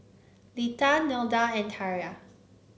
Lita Nelda and Tiarra